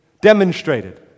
demonstrated